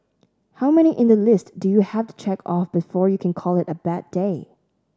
how many in the list do you have to check off before you can call it a bad day